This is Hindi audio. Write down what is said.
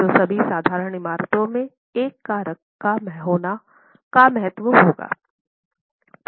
तो सभी साधारण इमारतों में 1 कारक का महत्व होगा